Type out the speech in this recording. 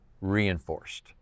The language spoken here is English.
reinforced